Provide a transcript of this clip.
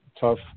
tough